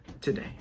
today